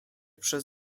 przez